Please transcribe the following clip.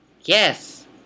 Yes